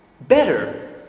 better